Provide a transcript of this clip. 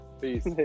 Peace